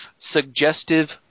suggestive